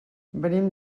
venim